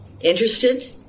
interested